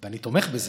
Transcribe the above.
ואני תומך בזה,